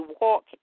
walk